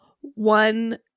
One